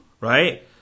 Right